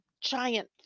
giant